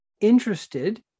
interested